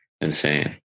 insane